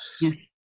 Yes